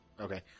Okay